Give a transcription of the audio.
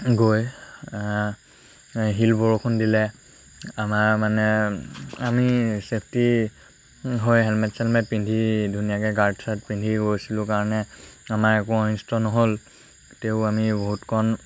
গৈ শিল বৰষুণ দিলে আমাৰ মানে আমি ছেফটি হৈ হেলমেট চেলমেট পিন্ধি ধুনীয়াকৈ গাৰ্ড চাৰ্ড পিন্ধি গৈছিলোঁ কাৰণে আমাৰ একো অনিষ্ট নহ'ল তেও আমি বহুতকণ